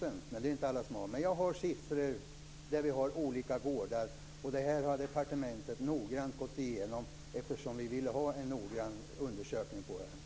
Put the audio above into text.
Men det är det inte alla som har. Jag har siffror för olika gårdar. Det här har departementet noggrant gått igenom eftersom vi ville ha en noggrann undersökning av det.